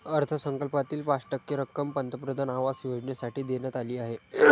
अर्थसंकल्पातील पाच टक्के रक्कम पंतप्रधान आवास योजनेसाठी देण्यात आली आहे